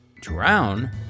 Drown